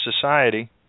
society